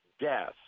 death